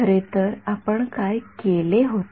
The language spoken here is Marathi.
खरेतर आपण काय केले होते